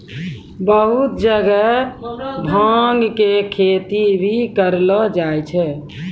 बहुत जगह भांग के खेती भी करलो जाय छै